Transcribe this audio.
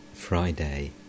Friday